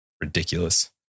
Ridiculous